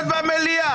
בבקשה.